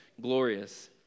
glorious